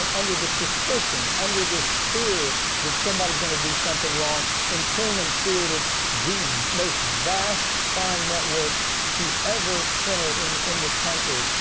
and under the suspicion, under this fear that somebody is going to do something wrong. and truman created the most vast spying network to ever center in, in this country.